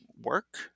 work